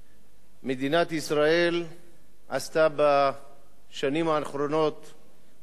מדינת ישראל עשתה בשנים האחרונות או בשנתיים